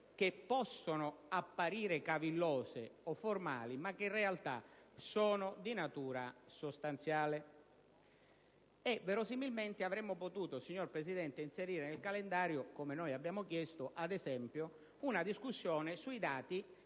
che possono apparire cavillose o formali, ma che in realtà sono di natura sostanziale. Verosimilmente, signor Presidente, avremmo potuto inserire nel calendario - come noi abbiamo chiesto - ad esempio, una discussione sui dati